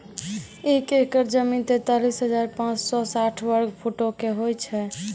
एक एकड़ जमीन, तैंतालीस हजार पांच सौ साठ वर्ग फुटो के होय छै